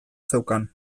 zeukan